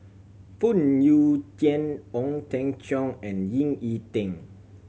Phoon Yew Tien Ong Teng Cheong and Ying E Ding